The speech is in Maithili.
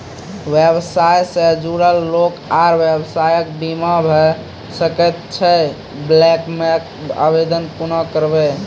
व्यवसाय सॅ जुड़ल लोक आर व्यवसायक बीमा भऽ सकैत छै? क्लेमक आवेदन कुना करवै?